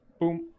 boom